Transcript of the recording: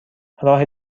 راه